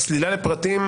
הצלילה לפרטים,